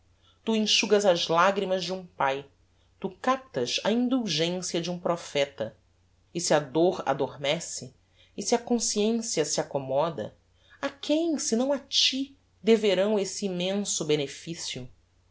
tu enxugas as lagrimas de um pae tu captas a indulgencia de um propheta e se a dôr adormece e se a consciencia se accommoda a quem senão a ti deverão esse immenso beneficio